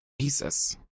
Jesus